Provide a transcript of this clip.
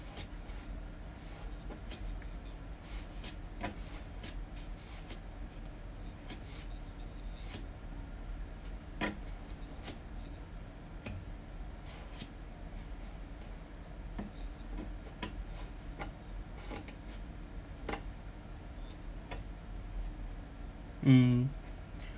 mm